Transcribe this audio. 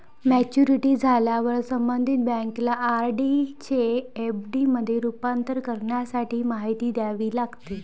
maturity झाल्यावर संबंधित बँकेला आर.डी चे एफ.डी मध्ये रूपांतर करण्यासाठी माहिती द्यावी लागते